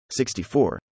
64